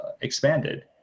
expanded